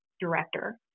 director